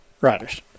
Riders